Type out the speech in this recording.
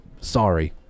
Sorry